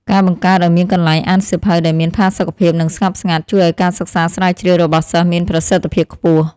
ការបង្កើតឱ្យមានកន្លែងអានសៀវភៅដែលមានផាសុកភាពនិងស្ងប់ស្ងាត់ ជួយឱ្យការសិក្សាស្រាវជ្រាវរបស់សិស្សមានប្រសិទ្ធភាពខ្ពស់។